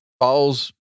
Falls